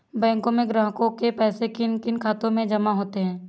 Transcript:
बैंकों में ग्राहकों के पैसे किन किन खातों में जमा होते हैं?